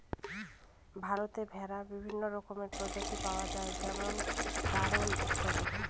ভারতে ভেড়ার বিভিন্ন রকমের প্রজাতি পাওয়া যায় যেমন গাড়োল ইত্যাদি